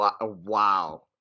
Wow